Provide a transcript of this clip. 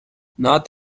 nad